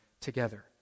together